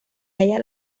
haya